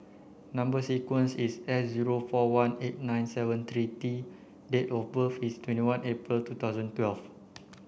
number sequence is S zero four one eight nine seven three T date of birth is twenty one April two thousand twelve